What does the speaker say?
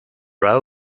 row